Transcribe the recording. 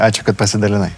ačiū kad pasidalinai